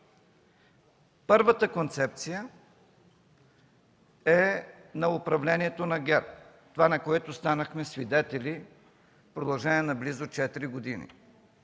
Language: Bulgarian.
Първата концепция е на управлението на ГЕРБ – това, на което станахме свидетели в продължение на близо четири